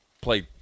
play